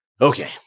Okay